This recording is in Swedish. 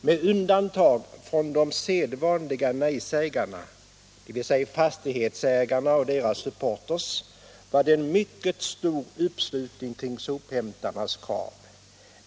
Men undantag av de sedvanliga nej-sägarna, dvs. fastighetsägarna och deras supporters, var det en mycket stor uppslutning kring sophämtarnas krav.